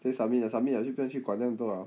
直接 submit submit liao 就不要去管那么多 liao